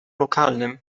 lokalnym